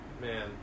Man